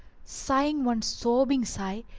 sighing one sobbing sigh,